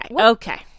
okay